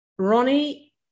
Ronnie